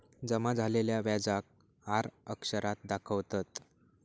जमा झालेल्या व्याजाक आर अक्षरात दाखवतत